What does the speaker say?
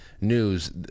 news